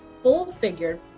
full-figured